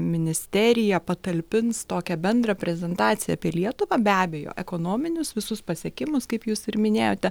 ministerija patalpins tokią bendrą prezentaciją apie lietuvą be abejo ekonominius visus pasiekimus kaip jūs ir minėjote